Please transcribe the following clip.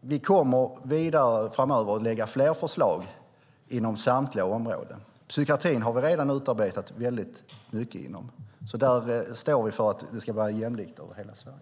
vi kommer framöver att lägga fram fler förslag inom samtliga områden. Psykiatrin har vi redan utarbetat väldigt mycket inom. Där står vi alltså för att det ska vara jämlikt över hela Sverige.